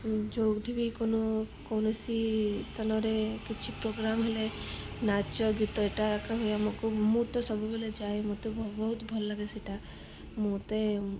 ଯେଉଁଠି ବି କୌଣସି ସ୍ଥାନରେ କିଛି ପ୍ରୋଗ୍ରାମ୍ ହେଲେ ନାଚ ଗୀତ ଏଟା ଏକା ହୁଏ ଆମକୁ ମୁଁ ତ ସବୁବେଳେ ଯାଏ ମୋତେ ବହୁତ ଭଲ ଲାଗେ ସେଟା ମୋତେ